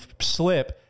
slip